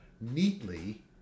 neatly